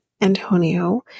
Antonio